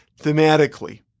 thematically